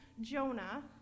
Jonah